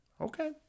Okay